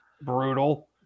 brutal